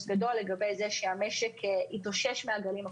גדול על כך שהמשק התאושש מהגלים הקודמים,